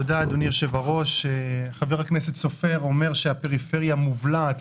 חבר הכנסת סופר אומר שהפריפריה מובלעת,